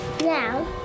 Now